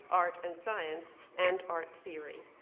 art and science, and art theory.